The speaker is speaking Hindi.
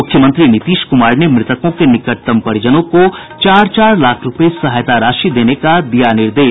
मुख्यमंत्री नीतीश कुमार ने मृतकों के निकटतम परिजनों को चार चार लाख रूपये सहायता राशि देने का दिया निर्देश